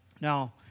Now